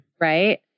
right